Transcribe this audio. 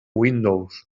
windows